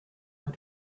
how